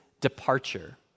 departure